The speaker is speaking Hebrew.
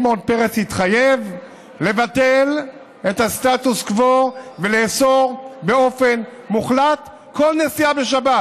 שמעון פרס התחייב לבטל את הסטטוס קוו ולאסור באופן מוחלט כל נסיעה בשבת.